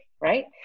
right